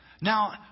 Now